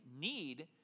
need